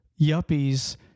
yuppies